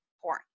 porn